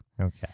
Okay